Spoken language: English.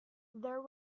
there